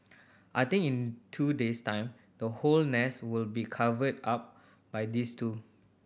I think in two days time the whole nest will be covered up by these two